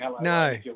No